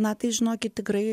na tai žinokit tikrai